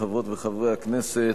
חברות וחברי הכנסת,